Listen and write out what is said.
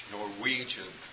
Norwegian